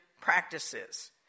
practices